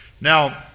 Now